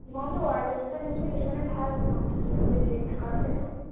মাউচটো ৱাইৰলেছটো আনিবচোন সেইটো মানে ভাল মাউচটো সেইটো বেটেৰী থকাটো সেইটো